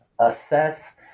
assess